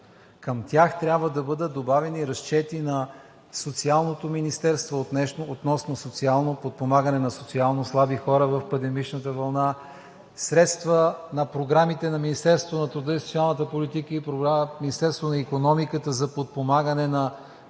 Към тях трябва да бъдат добавени разчети на Социалното министерство относно социалното подпомагане на социално слаби хора в пандемичната вълна, средствата по програмите на Министерството на труда и социалната политика и Министерството на икономиката за подпомагане на